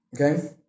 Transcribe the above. Okay